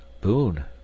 Boon